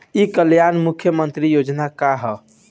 ई कल्याण मुख्य्मंत्री योजना का है?